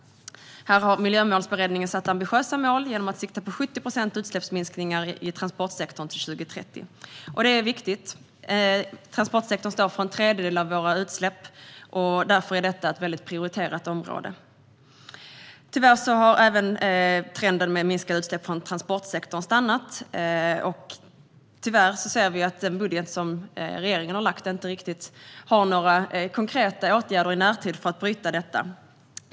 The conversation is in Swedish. Här har Miljömålsberedningen satt ambitiösa mål genom att sikta på 70 procent utsläppsminskningar i transportsektorn till 2030. Det är viktigt. Transportsektorn står för en tredjedel av våra utsläpp, och därför är detta ett prioriterat område. Tyvärr har även trenden med minskade utsläpp från transportsektorn stannat. Och tyvärr ser vi att den budget som regeringen lagt fram inte har några riktigt konkreta åtgärder i närtid för att bryta denna trend.